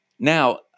Now